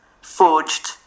forged